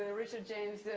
and richard james,